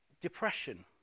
depression